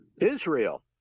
Israel